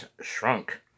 shrunk